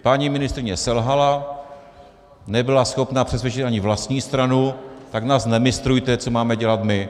Paní ministryně selhala, nebyla schopna přesvědčit ani vlastní stranu, tak nás nemistrujte, co máme dělat my.